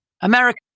America